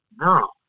No